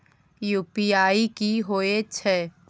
UPI की होय छै?